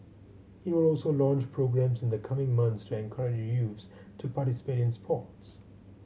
it will also launch programmes in the coming months to encourage youths to participate in sports